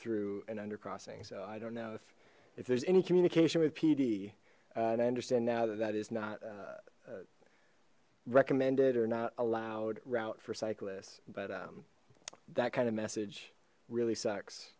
through an under crossing so i don't know if if there's any communication with pd and i understand now that that is not recommended or not allowed route for cyclists but that kind of message really sucks